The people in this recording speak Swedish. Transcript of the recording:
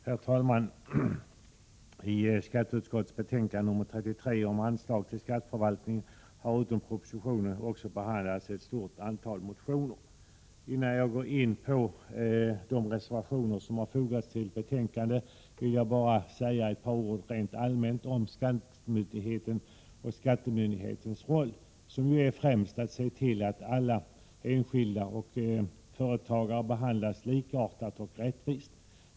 Herr talman! I skatteutskottets betänkande nr 33 om anslag till skatteförvaltningen har förutom propositionen också behandlats ett stort antal motioner. Innan jag går in på de reservationer som har fogats till betänkandet vill jag bara säga några ord rent allmänt om skattemyndigheten och skattemyndighetens roll som ju främst är att se till att alla — enskilda och företagare — behandlas likartat och rättvist.